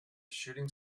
shooting